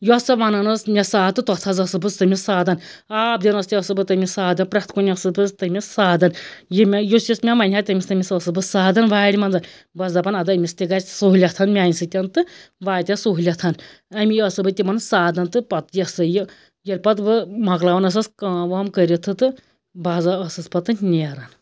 یۄس سۄ وَنَن ٲسۍ مےٚ ساد تہٕ تَتھ حظ ٲسٕس بہٕ تٔمِس سادَن آب دِنَس تہِ ٲسٕس بہٕ تٔمِس سادَن پرٛٮ۪تھ کُنہِ ٲسٕس بہٕ تٔمِس سادَن یہِ مےٚ یُس یُس مےٚ وَنہِ ہہ تٔمِس تٔمِس ٲسٕس بہٕ سادَن وارِ منٛز بہٕ ٲسٕس دَپان اَدٕ أمِس تہِ گژھِ سہوٗلِیَتھ میٛانہِ سۭتۍ تہٕ واتٮ۪س سہوٗلِیَتھ اَمی ٲسٕس بہٕ تِمَن سادَن تہٕ پتہٕ یہِ ہسا یہِ ییٚلہٕ پتہٕ بہٕ مَکلاوان ٲسٕس کٲم وٲم کٔرِتھٕ تہٕ بہٕ ہسا ٲسٕس پتہٕ نٮ۪ران